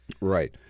Right